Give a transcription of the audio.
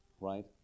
right